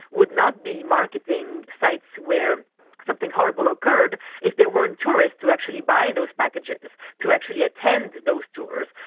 would not be marketing sites where something horrible occurred if there weren't tourists who actually buy those packages, to actually attend those tours,